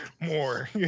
more